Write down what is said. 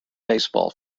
baseball